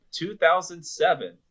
2007